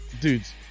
dudes